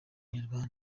inyarwanda